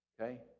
okay